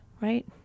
right